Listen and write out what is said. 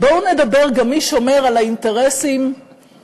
בואו נדבר גם על מי שומר על האינטרסים הביטחוניים